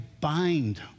bind